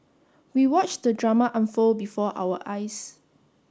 we watched the drama unfold before our eyes